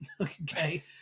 Okay